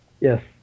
Yes